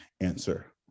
answer